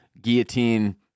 guillotine